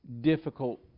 difficult